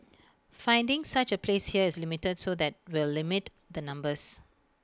finding such A place here is limited so that will limit the numbers